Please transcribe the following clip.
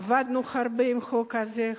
עבדנו הרבה על החוק הזה,